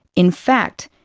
in fact,